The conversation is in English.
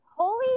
Holy